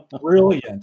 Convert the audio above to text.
brilliant